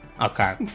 Okay